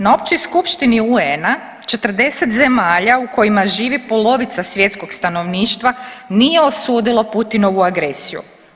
Na Općoj skupštini UN-a 40 zemalja u kojima živi polovica svjetskog stanovništva nije osudilo Putinovu agresiju.